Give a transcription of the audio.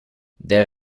del